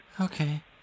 Okay